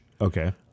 Okay